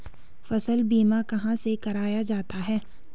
फसल बीमा कहाँ से कराया जाता है?